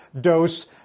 dose